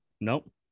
nope